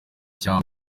cya